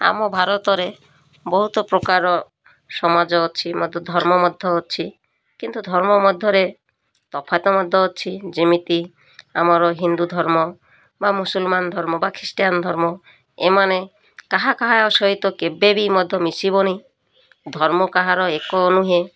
ଆମ ଭାରତରେ ବହୁତ ପ୍ରକାର ସମାଜ ଅଛି ମଧ୍ୟ ଧର୍ମ ମଧ୍ୟ ଅଛି କିନ୍ତୁ ଧର୍ମ ମଧ୍ୟରେ ତଫାତ ମଧ୍ୟ ଅଛି ଯେମିତି ଆମର ହିନ୍ଦୁ ଧର୍ମ ବା ମୁସଲମାନ ଧର୍ମ ବା ଖ୍ରୀଷ୍ଟିୟାନ ଧର୍ମ ଏମାନେ କାହା କାହା ସହିତ କେବେ ବି ମଧ୍ୟ ମିଶିବନି ଧର୍ମ କାହାର ଏକ ନୁହେଁ